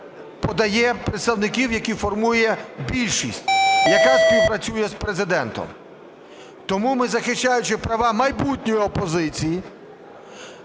подає представників, яких формує більшість, яка співпрацює з Президентом. Тому ми, захищаючи права майбутньої опозиції,